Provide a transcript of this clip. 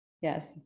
Yes